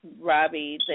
Robbie